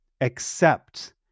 accept